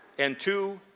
and two,